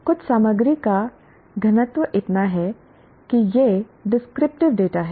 कुछ सामग्री का घनत्व इतना है कि यह डिस्क्रिप्टिव डेटा है